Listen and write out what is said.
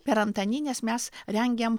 per antanines mes rengėm